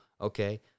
okay